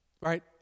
right